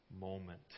moment